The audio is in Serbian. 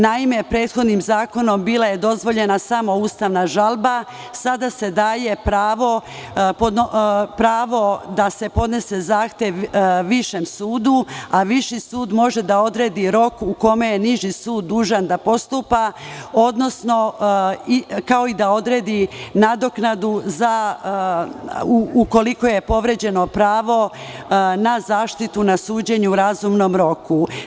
Naime, prethodnim zakonom bila je dozvoljena samo ustavna žalba, a sada se daje pravo da se podnese zahtev višem sudu, a viši sud može da odredi rok u kome je niži sud dužan da postupa, kao i da odredi nadoknadu ukoliko je povređeno pravo na zaštitu na suđenje u razumnom roku.